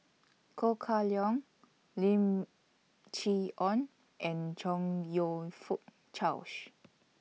Ko Kah Leong Lim Chee Onn and Chong YOU Fook Charles